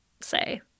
say